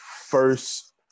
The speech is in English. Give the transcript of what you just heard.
first